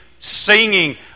singing